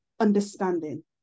understanding